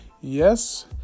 Yes